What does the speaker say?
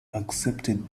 accepted